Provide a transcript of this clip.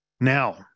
Now